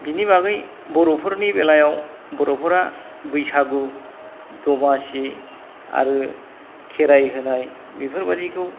बिनि बागै बर'फोरनि बेलायाव बर'फोरा बैसागु दमासि आरो खेराइ होनाय बेफोरबायदिखौ